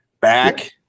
Back